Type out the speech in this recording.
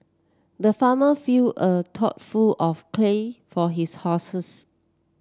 the farmer filled a trough full of hay for his horses